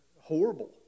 horrible